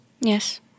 Yes